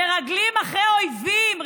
מרגלים אחרי אויבים,